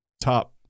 top